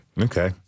Okay